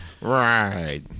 right